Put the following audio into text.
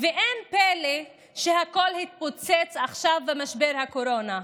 ואין פלא שהכול התפוצץ עכשיו במשבר הקורונה.